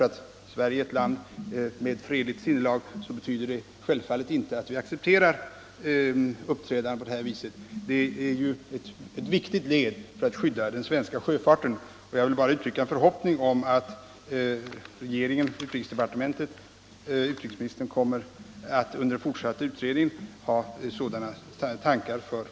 Att Sverige är ett land med fredligt sinnelag betyder självfallet inte att vi accepterar sådant här uppträdande. Detta är viktigt för att skydda den svenska sjöfarten, och jag vill bara uttrycka en förhoppning om att utrikesministern under den fortsatta utredningen håller dessa tankar i minnet.